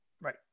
Right